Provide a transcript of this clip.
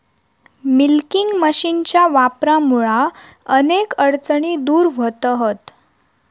milking मशीनच्या वापरामुळा अनेक अडचणी दूर व्हतहत